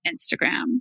Instagram